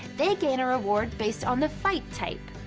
they gain a reward based on the fight type.